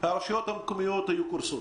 הרשויות המקומיות היו קורסות